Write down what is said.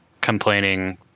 complaining